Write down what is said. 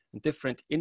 Different